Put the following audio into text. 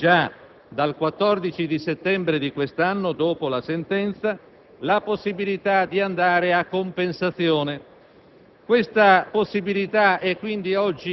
il Governo ha proposto di intervenire su un sistema di imposte dirette per l'impresa, che sono di libera determinazione del Parlamento italiano.